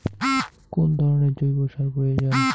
কোন ধরণের জৈব সার প্রয়োজন?